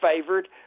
favored